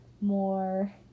more